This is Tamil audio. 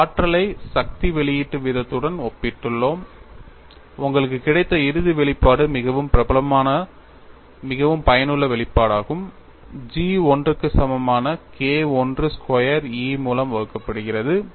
அந்த ஆற்றலை சக்தி வெளியீட்டு வீதத்துடன் ஒப்பிட்டுள்ளோம் உங்களுக்கு கிடைத்த இறுதி வெளிப்பாடு மிகவும் பிரபலமான மிகவும் பயனுள்ள வெளிப்பாடாகும் G I க்கு சமமான K I ஸ்கொயர் E மூலம் வகுக்கப்படுகிறது